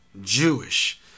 Jewish